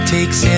Takes